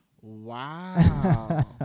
Wow